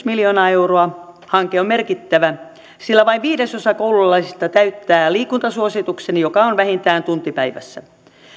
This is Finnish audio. miljoonaa euroa hanke on merkittävä sillä vain viidesosa koululaisista täyttää liikuntasuosituksen joka on vähintään tunti päivässä